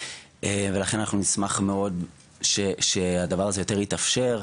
לכן אנחנו נשמח מאוד שהדבר הזה יותר יתאפשר,